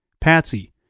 Patsy